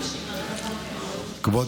כבוד